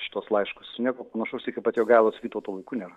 šituos laiškus ir nieko panašaus iki pat jogailos vytauto laikų nėra